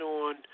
on